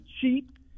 cheap